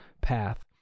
path